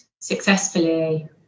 successfully